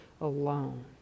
alone